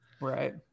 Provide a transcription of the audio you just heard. right